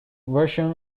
version